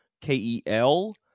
k-e-l